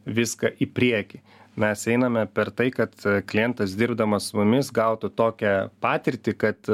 viską į priekį mes einame per tai kad klientas dirbdamas su mumis gautų tokią patirtį kad